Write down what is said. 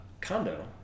condo